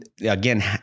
again